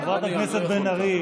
חברת הכנסת בן ארי,